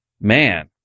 man